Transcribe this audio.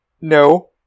no